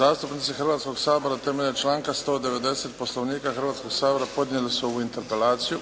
Zastupnici Hrvatskog sabora temeljem članka 190. Poslovnika Hrvatskog sabora podnijeli su ovu interpelaciju.